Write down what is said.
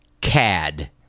cad